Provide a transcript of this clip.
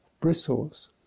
bristles